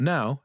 Now